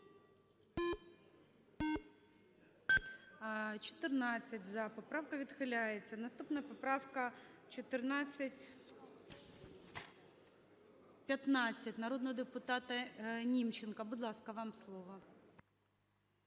За-14 Поправка відхиляється. Наступна поправка – 1415, народного депутата Німченка. Будь ласка, вам слово.